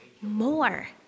more